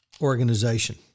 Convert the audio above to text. organization